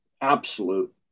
absolute